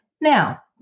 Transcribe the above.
Now